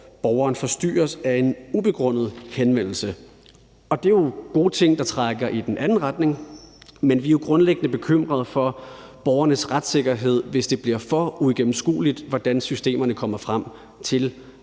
borgeren forstyrres af en ubegrundet henvendelse. Det er jo gode ting, der trækker i den anden retning, men vi er jo grundlæggende bekymret for borgernes retssikkerhed, hvis det bliver for uigennemskueligt, hvordan systemerne kommer frem til